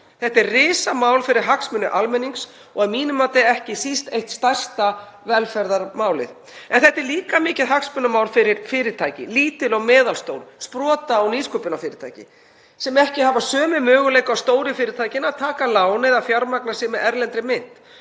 Þetta er risamál fyrir hagsmuni almennings og að mínu mati ekki síst eitt stærsta velferðarmálið. En þetta er líka mikið hagsmunamál fyrir fyrirtæki, lítil og meðalstór, sprota- og nýsköpunarfyrirtæki, sem ekki hafa sömu möguleika og stóru fyrirtækin á að taka lán eða fjármagna sig með erlendri mynt.